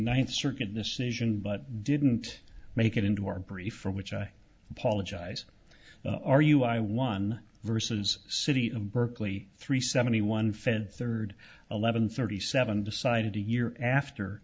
ninth circuit decision but didn't make it into our brief for which i apologize are you i one versus city of berkeley three seventy one fed third eleven thirty seven decided to year after